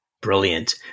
Brilliant